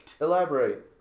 Elaborate